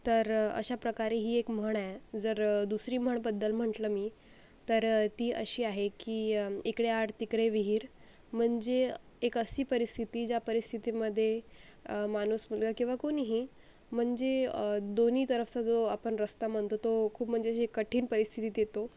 तर अशा प्रकारे ही एक म्हण आहे जर दुसरी म्हणबद्दल म्हटलं मी तर ती अशी आहे की इकडे आड तिकडे विहीर म्हणजे एक अशी परिस्थिती ज्या परिस्थितीमध्ये माणूस मुलगा किंवा कोणीही म्हणजे दोन्ही तरफचा जो आपण रस्ता म्हणतो तो खूप म्हणजे अशी कठीण परिस्थितीत येतो